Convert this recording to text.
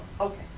okay